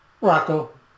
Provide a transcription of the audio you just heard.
Rocco